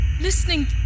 listening